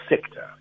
sector